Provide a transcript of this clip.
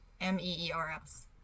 M-E-E-R-S